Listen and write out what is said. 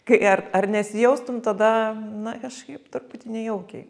kai ar ar nesijaustum tada na kažkaip truputį nejaukiai